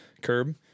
curb